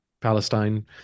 Palestine